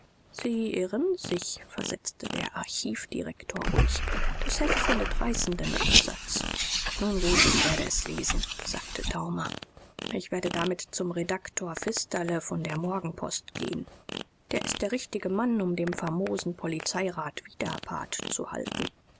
sie irren sich versetzte der archivdirektor ruhig das heft findet reißenden absatz nun gut ich werde es lesen sagte daumer ich werde damit zum redaktor pfisterle von der morgenpost gehen der ist der richtige mann um dem famosen polizeirat widerpart zu halten